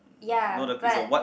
ya but